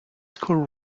school